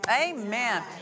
Amen